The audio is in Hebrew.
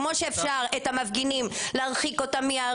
כמו שאפשר להרחיק את המפגינים מהערים.